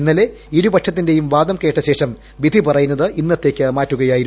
ഇന്നലെ ഇരുപക്ഷത്തിന്റേയും വാദം കേട്ട ശേഷം വിധി പറയുന്നത് കോടതി ഇന്നത്തേക്ക് മാറ്റുകയായിരുന്നു